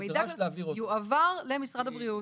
המידע יועבר למשרד הבריאות.